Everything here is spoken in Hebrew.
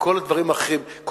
וכל הדברים האחרים.